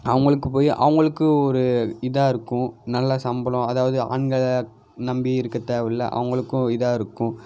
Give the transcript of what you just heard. அவங்களுக்கு போய் அவங்களுக்கு ஒரு இதாக இருக்கும் நல்லா சம்பளம் அதாவது ஆண்களை நம்பி இருக்கற தேவைல்ல அவங்களுக்கும் இதாக இருக்கும்